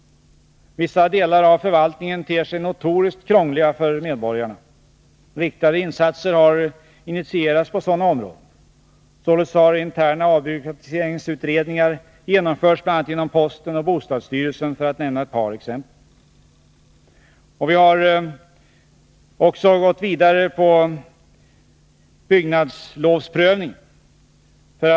Vissa delar av förvaltningen ter sig notoriskt krångliga för medborgarna. Riktade insatser har initierats på sådana områden. Således har interna avbyråkratiseringsutredningar genomförts, bl.a. inom posten och bostadsstyrelsen. Vi har också förenklat byggnadslovsprövningen.